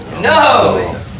No